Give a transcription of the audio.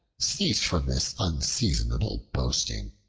cease from this unseasonable boasting.